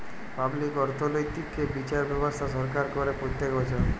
public অর্থনৈতিক্যে বিচার ব্যবস্থা সরকার করে প্রত্যক বচ্ছর